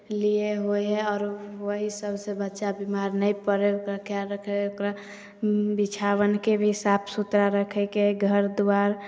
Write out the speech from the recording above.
लिए होइ हइ आओरो ओहि सबसे बच्चा बीमार नहि पड़ै हइ ओकरा ख्याल रक्खै हइ ओकरा बिछावनके भी साफ सुथरा रक्खैके हइ घर द्वार